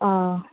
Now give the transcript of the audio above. ᱚ